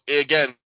again